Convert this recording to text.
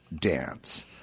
dance